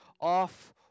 off